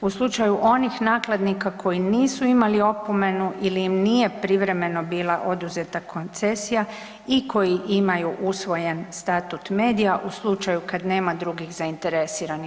U slučaju onih nakladnika koji nisu imali opomenu ili im nije privremeno bila oduzeta koncesija i koji imaju usvojen statut medija u slučaju kad nema drugih zainteresiranih.